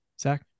Zach